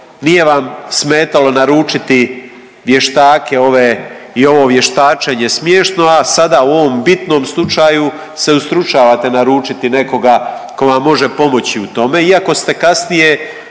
nije vam smetalo naručiti vještake ove i ovo vještačenje smiješno, a sada u ovom bitnom slučaju se ustručavate naručiti nekoga ko vam može pomoći u tome,